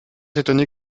étonnés